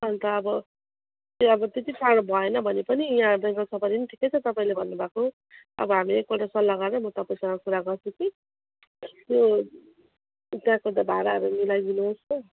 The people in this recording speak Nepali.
अन्त अब त्यो अबबो त्यति साह्रो भएन भने पनि यहाँ बेङ्गाल सफारी पनि ठिकै छ तपाईँले भन्नु भएको अब हामी एकपल्ट सल्लाह गरेर म तपाईँसँग कुरा गर्छु कि त्यो उताको त्यो भाडाहरू मिलाइदिनुहोस् हो